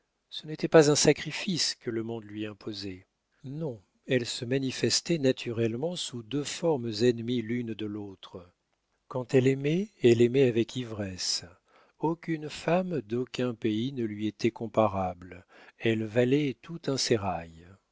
ce n'était pas un sacrifice que le monde lui imposait non elle se manifestait naturellement sous deux formes ennemies l'une de l'autre quand elle aimait elle aimait avec ivresse aucune femme d'aucun pays ne lui était comparable elle valait tout un sérail